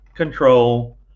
Control